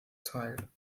teil